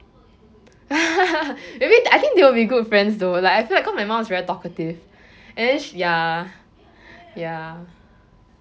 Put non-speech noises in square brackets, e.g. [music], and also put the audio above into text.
[laughs] maybe I think they will be good friends though lah I feel because my mum is very talkative and then sh~ ya ya